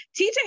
TJ